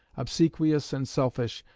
obsequious and selfish,